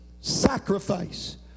sacrifice